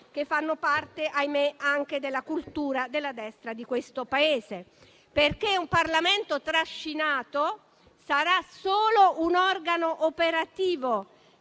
che fanno parte, ahimè, anche della cultura della destra di questo Paese. Un Parlamento trascinato, infatti, sarà un organo operativo